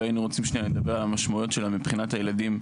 והיינו רוצים שניה לדבר על המשמעויות שלה מבחינת הילדים.